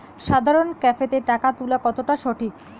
সাধারণ ক্যাফেতে টাকা তুলা কতটা সঠিক?